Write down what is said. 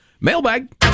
Mailbag